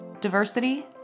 diversity